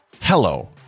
Hello